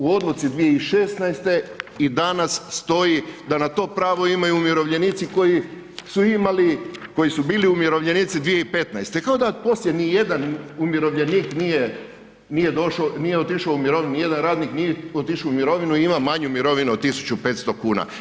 U odluci 2016. i danas stoji da na to pravo imaju umirovljenici koji su imali, koji su bili umirovljenici 2015., kao da poslije nijedan umirovljenik nije došao, nije otišao u mirovinu ni jedan radnik nije otišao u mirovinu i ima manju mirovinu od 1.500 kuna.